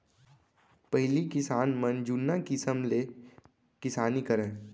पहिली किसान मन जुन्ना किसम ले किसानी करय